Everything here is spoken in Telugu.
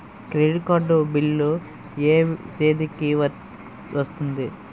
క్రెడిట్ కార్డ్ బిల్ ఎ తేదీ కి వస్తుంది?